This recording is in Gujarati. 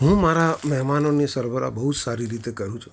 હું મારા મહેમાનોની સરભરા બહુ જ સારી રીતે કરું છું